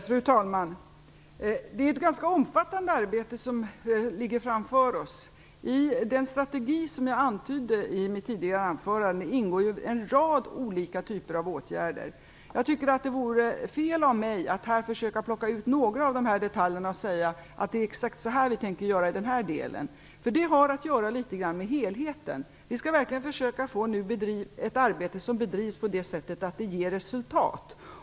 Fru talman! Det är ett ganska omfattande arbete som ligger framför oss. I den strategi som jag antydde i mitt tidigare anförande ingår en rad olika typer av åtgärder. Det vore fel av mig att här försöka plocka ut några av dessa detaljer och säga att det är exakt så här vi tänker göra i den här delen, för det har litet grand att göra med helheten. Vi skall nu verkligen försöka få till stånd ett arbete som bedrivs på ett sätt som ger resultat.